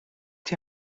die